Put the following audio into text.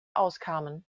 auskamen